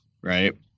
right